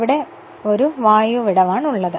ഇവിടെയാണ് ഒരു വായു വിടവ് ഉള്ളത്